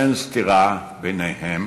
אין סתירה ביניהם